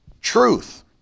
truth